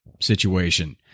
situation